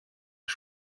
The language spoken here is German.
des